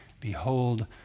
behold